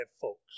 folks